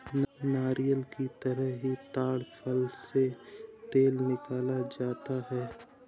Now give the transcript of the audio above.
नारियल की तरह ही ताङ फल से तेल निकाला जाता है